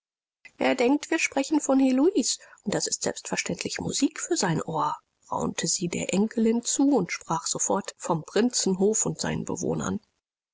er denkt wir sprechen von heloise und das ist selbstverständlich musik für sein ohr raunte sie der enkelin zu und sprach sofort vom prinzenhof und seinen bewohnern